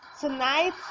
tonight